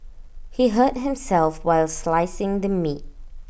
he hurt himself while slicing the meat